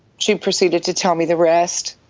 she proceeded to tell me the rest.